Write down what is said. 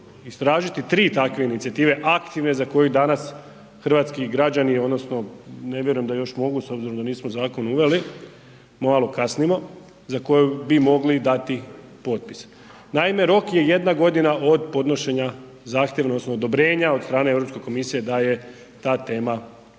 istražiti, 3 takve inicijative aktivne za koju danas hrvatski građani odnosno ne vjerujem da još mogu s obzirom da nismo zakon uveli, malo kasnimo, za koju bi mogli dati potpis. Naime, rok je jedna godina od podnošenja zahtjeva odnosno odobrenja od strane Europske komisije da je ta tema, da